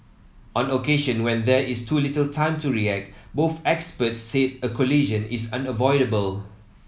on occasion when there is too little time to react both experts said a collision is unavoidable